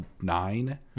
nine